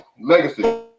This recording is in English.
Legacy